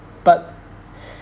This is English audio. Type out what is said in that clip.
but